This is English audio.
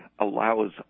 allows